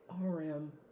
RM